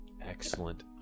Excellent